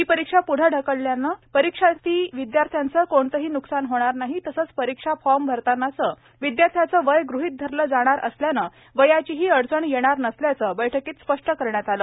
ही परीक्षा पुढे ढकलल्यानं परीक्षार्थी विद्यार्थ्यांचे कोणतंही न्कसान होणार नाही तसंच परीक्षा फॉर्म भरतांनाचे विद्यार्थ्यांचे वय गृहित धरले जाणार असल्याने वयाचीही अडचण येणार नसल्याचे बैठकीत स्पष्ट करण्यात आले